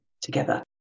together